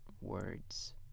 words